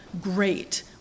great